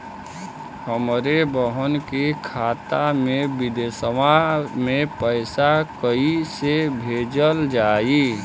हमरे बहन के खाता मे विदेशवा मे पैसा कई से भेजल जाई?